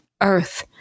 Earth